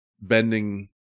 bending